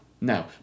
no